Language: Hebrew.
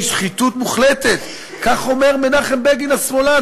שחיתות מוחלטת" כך אומר מנחם בגין השמאלן,